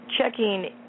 checking